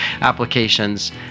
applications